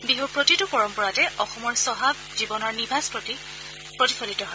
বিহুৰ প্ৰতিটো পৰম্পৰাতে অসমৰ চহা জীৱনৰ নিভাজ ছবি প্ৰতিফলিত হয়